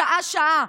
שעה-שעה,